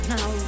Now